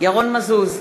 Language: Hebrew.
ירון מזוז,